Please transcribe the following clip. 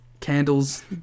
Candles